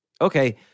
Okay